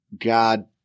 God